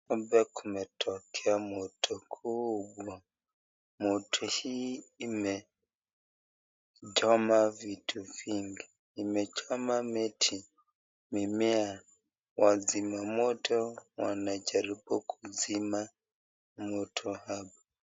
Hapa kumetokea moto kubwa. Moto hii imechoma vitu vingi. Imechoma miti, mimea. Wazima moto wanajaribu kuzima moto hapa.